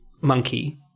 Monkey